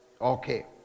Okay